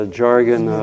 jargon